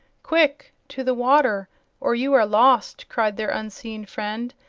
quick! to the water or you are lost! cried their unseen friend,